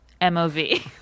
M-O-V